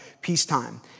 peacetime